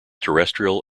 terrestrial